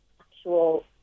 actual